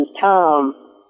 Tom